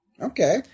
Okay